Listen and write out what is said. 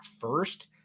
first